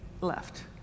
left